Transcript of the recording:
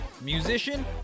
Musician